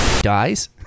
dies